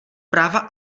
práva